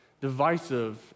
divisive